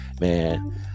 Man